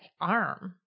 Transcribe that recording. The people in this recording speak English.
arm